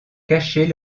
cacher